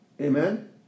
Amen